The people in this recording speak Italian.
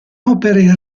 opere